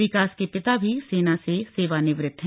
विकास के पिता भी सेना से सेवानिवृत हैं